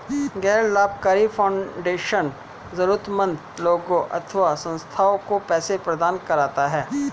गैर लाभकारी फाउंडेशन जरूरतमन्द लोगों अथवा संस्थाओं को पैसे प्रदान करता है